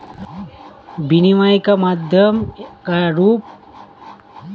विनिमय के माध्यम का रूप एक टोकन का अनुसरण करता है